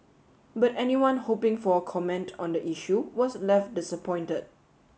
but anyone hoping for a comment on the issue was left disappointed